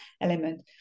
element